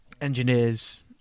engineers